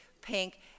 pink